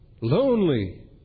Lonely